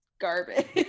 garbage